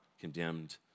condemned